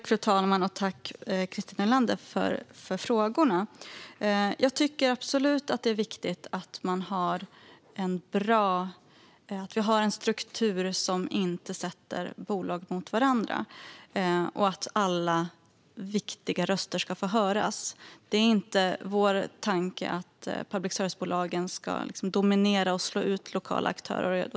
Fru talman! Tack, Christer Nylander, för frågorna! Jag tycker absolut att det är viktigt att vi har en struktur som inte ställer bolag mot varandra och att alla viktiga röster ska få höras. Det är inte vår tanke att public service-bolagen ska dominera och slå ut lokala aktörer.